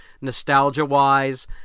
nostalgia-wise